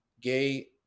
gay